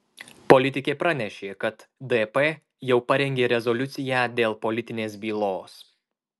politikė pranešė kad dp jau parengė rezoliuciją dėl politinės bylos